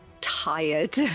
tired